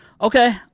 Okay